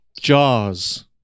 Jaws